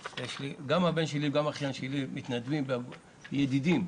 גם הבן שלי וגם האחיין שלי מתנדבים בקרב אגודת "ידידים".